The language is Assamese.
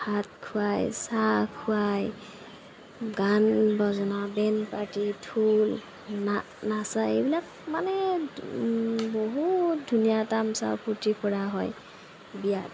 ভাত খুৱায় চাহ খুৱায় গান বাজনা বেণ্ড পাৰ্টী ঢোল নাচা এইবিলাক মানে বহুত ধুনীয়া তামচা স্ফূৰ্তি কৰা হয় বিয়াত